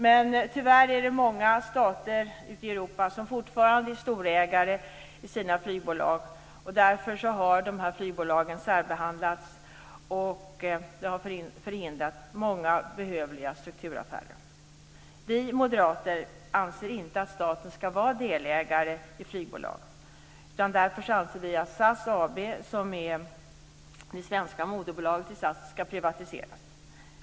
Men tyvärr är det många stater i Europa som fortfarande är storägare i många flygbolag. Därför har de nationella flygbolagen särbehandlats, vilket har förhindrat många behövliga strukturaffärer. Vi moderater anser inte att staten skall vara delägare i flygbolag. Därför anser vi att SAS AB, som är det svenska moderbolaget i SAS, skall privatiseras.